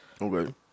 Okay